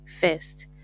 first